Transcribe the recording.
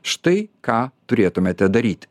štai ką turėtumėte daryti